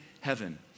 heaven